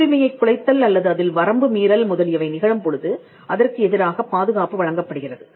காப்புரிமையைக் குலைத்தல் அல்லது அதில் வரம்பு மீறல் முதலியவை நிகழும் பொழுது அதற்கு எதிராகப் பாதுகாப்பு வழங்கப்படுகிறது